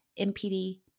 MPD